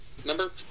Remember